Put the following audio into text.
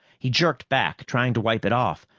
he jerked back, trying to wipe it off,